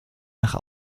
nach